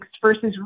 versus